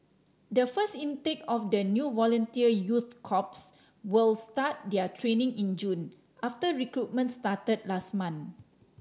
the first intake of the new volunteer youth corps will start their training in June after recruitment started last month